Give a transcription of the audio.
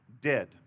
dead